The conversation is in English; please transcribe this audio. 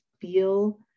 feel